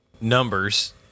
numbers